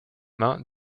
mains